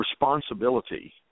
responsibility